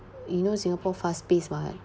you know singapore fast-paced [what]